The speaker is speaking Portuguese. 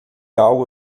algo